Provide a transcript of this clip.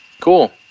Cool